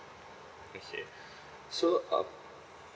okay so uh